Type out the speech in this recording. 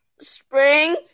Spring